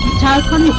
thousand